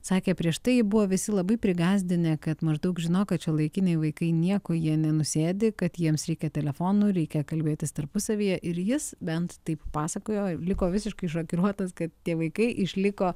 sakė prieš tai jį buvo visi labai prigąsdinę kad maždaug žinok kad šiuolaikiniai vaikai nieko jie nenusėdi kad jiems reikia telefonų reikia kalbėtis tarpusavyje ir jis bent taip pasakojo liko visiškai šokiruotas kad tie vaikai išliko